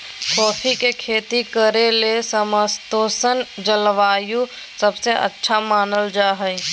coffee के खेती करे ले समशितोष्ण जलवायु सबसे अच्छा मानल जा हई